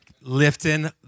lifting